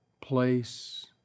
place